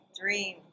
Dream